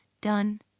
done